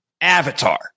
Avatar